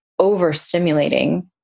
overstimulating